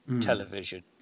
Television